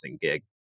gig